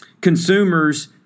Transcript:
consumers